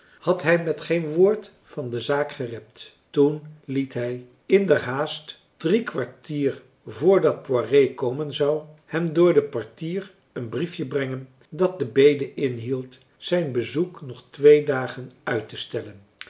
had hij met geen woord van de zaak gerept toen liet hij in der haast drie kwartier voor dat poiré komen zou hem door den portier een briefje brengen dat de bede inhield zijn bezoek nog twee dagen uittestellen